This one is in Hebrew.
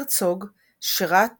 הרצוג שירת